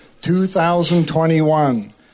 2021